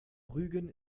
rügen